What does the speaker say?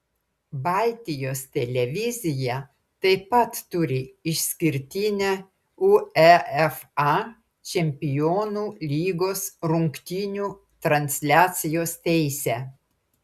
baltijos televizija taip pat turi išskirtinę uefa čempionų lygos rungtynių transliacijos teisę